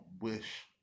wish